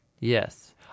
Yes